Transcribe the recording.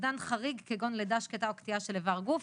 "אובדן חריג כגון לידה שקטה או קטיעה של איבר גוף",